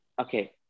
Okay